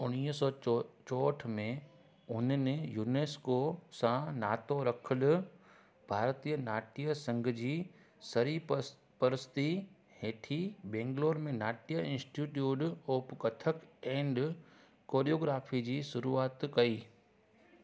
उणिवीह सौ चोहठि में हुननि यूनेस्को सां नातो रखल भारतीय नाट्य संघ जी सरिपरस्ती हेठि बैंगलोर में Natya institute of Kathak and choreography जी शुरूआति कई